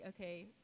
okay